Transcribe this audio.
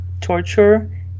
torture